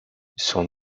son